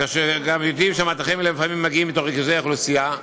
כאשר גם יודעים שהמטחים לפעמים מגיעים מתוך ריכוזי אוכלוסייה?